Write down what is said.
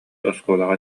оскуолаҕа